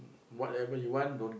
whatever you want don't